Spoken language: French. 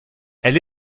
elle